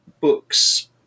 book's